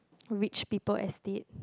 which people estate